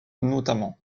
notamment